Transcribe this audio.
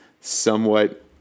somewhat